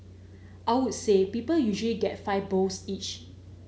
I'll say people usually get five bowls each